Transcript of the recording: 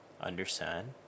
understand